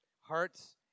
Hearts